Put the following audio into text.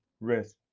risk